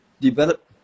develop